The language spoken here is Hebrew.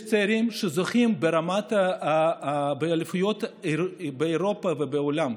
יש צעירים שזוכים באליפויות באירופה ובעולם.